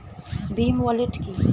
Bhim wallet কি?